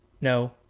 No